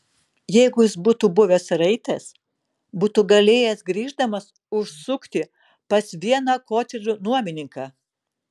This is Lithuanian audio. jeigu jis būtų buvęs raitas būtų galėjęs grįždamas užsukti pas vieną kotedžų nuomininką